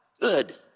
Good